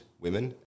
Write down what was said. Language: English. women